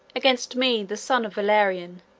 against me, the son of valerian,